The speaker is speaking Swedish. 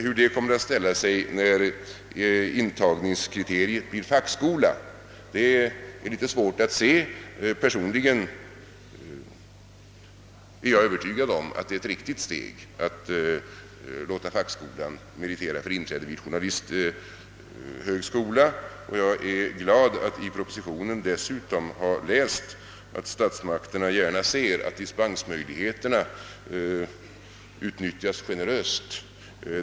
Hur det kommer att ställa sig när in tagningskriteriet blir fackskola är svårt att säga. Personligen är jag övertygad om att det är ett riktigt steg att låta fackskolan meritera för inträde vid journalisthögskola, och jag är glad över att i propositionen dessutom kunna läsa att statsmakterna gärna ser att dispensmöjligheterna utnyttjas generöst.